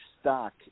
stock